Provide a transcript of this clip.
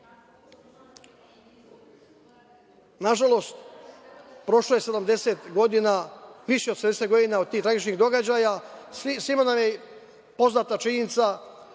NDH.Nažalost, prošlo je više od 70 godina od tih tragičnih događaja. Svima nam je poznata činjenica